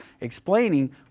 explaining